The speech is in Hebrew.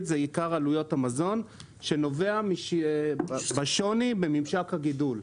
זה בעיקר עלויות המזון שנובע מהשוני בממשק הגידול.